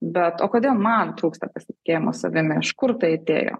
bet o kodėl man trūksta pasitikėjimo savimi iš kur tai atėjo